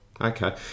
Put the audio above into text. Okay